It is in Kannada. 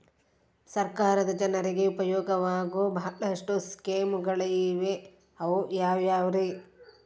ಸರ್ಕಾರ ಜನರಿಗೆ ಉಪಯೋಗವಾಗೋ ಬಹಳಷ್ಟು ಸ್ಕೇಮುಗಳಿವೆ ಅವು ಯಾವ್ಯಾವ್ರಿ?